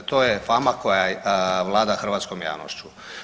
To je fama kojkoja vlada hrvatskom javnošću.